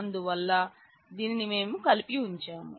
అందువల్ల దీనిని మేం కలిపి ఉంచాం